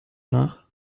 nach